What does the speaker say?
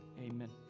Amen